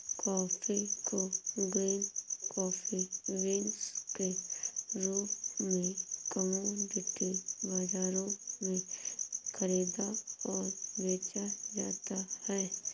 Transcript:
coffee को green coffee beans के रूप में कॉमोडिटी बाजारों में खरीदा और बेचा जाता है